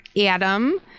adam